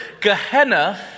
Gehenna